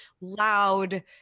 loud